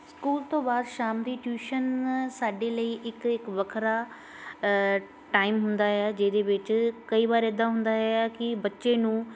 school ਤੋਂ ਬਾਅਦ ਸ਼ਾਮ ਦੀ ਟਿਊਸ਼ਨ ਸਾਡੇ ਲਈ ਇੱਕ ਇੱਕ ਵੱਖਰਾ ਟਾਈਮ ਹੁੰਦਾ ਆ ਜਿਹਦੇ ਵਿੱਚ ਕਈ ਵਾਰ ਇੱਦਾਂ ਹੁੰਦਾ ਆ ਕਿ ਬੱਚੇ ਨੂੰ